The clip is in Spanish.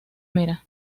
mera